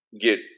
get